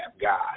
God